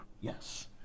Yes